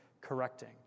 correcting